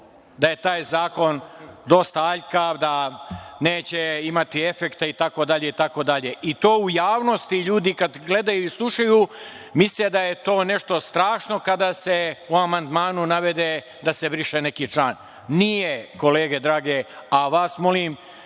da je taj zakon dosta aljkav, da neće imati efekta itd. To u javnosti ljudi kada gledaju i slušaju misle da je to nešto strašno kada se u amandmanu navede da se briše neki član. Nije, kolege drage, a vas molim